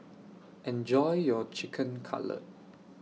Enjoy your Chicken Cutlet